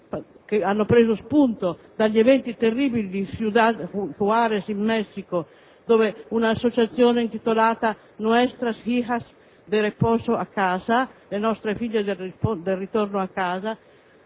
hanno preso spunto dagli eventi terribili di Ciudad Juarez in Messico dove un'associazione intitolata «*Nuestras Hijas de Regreso a Casa*» (Le nostre figlie di ritorno a casa)